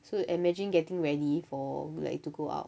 so imagine getting ready for like to go out